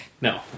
No